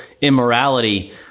immorality